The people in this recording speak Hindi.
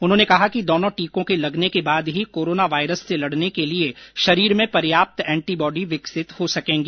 उन्होंने कहा कि दोनों टीकों के लगने के बाद ही कोरोना वायरस से लड़ने के लिए शरीर में पर्याप्त एंटीबॉडी विकसित हो सकेंगी